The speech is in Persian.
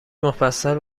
مفصل